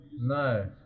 No